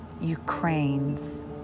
Ukraine's